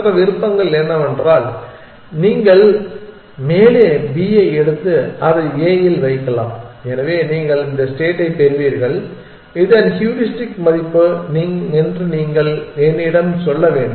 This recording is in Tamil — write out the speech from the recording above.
மற்ற விருப்பங்கள் என்னவென்றால் நீங்கள் மேலே B ஐ எடுத்து அதை A இல் வைக்கலாம் எனவே நீங்கள் இந்த ஸ்டேட்டைப் பெறுவீர்கள் இதன் ஹூரிஸ்டிக் மதிப்பு என்று நீங்கள் என்னிடம் சொல்ல வேண்டும்